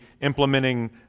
implementing